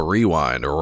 Rewind